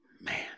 man